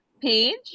page